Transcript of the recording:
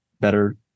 better